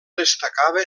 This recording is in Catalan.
destacava